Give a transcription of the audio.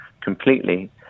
completely